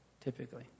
typically